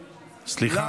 סליחה,